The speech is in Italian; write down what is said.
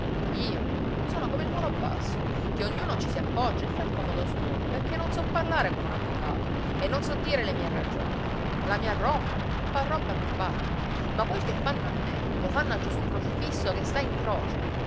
io sono come il muro basso che ognuno ci si appoggia e fa il comodo suo perché non so parlare come un avvocato e non so dire le mie ragioni la mia roba par roba rubata ma quel che fanno a me lo fanno a gesù crocifisso che sta in croce